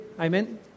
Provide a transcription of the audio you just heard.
Amen